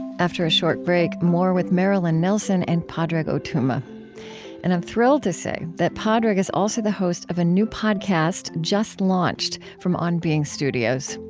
after a short break, more with marilyn nelson and padraig o tuama and i'm thrilled to say that padraig is also the host of a new podcast just launched from on being studios.